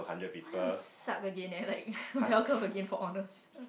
well suck again leh like bell curve again for honours